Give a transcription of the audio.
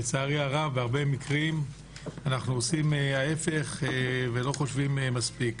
לצערי הרב בהרבה מקרים אנחנו עושים ההפך ולא חושבים מספיק.